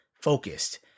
focused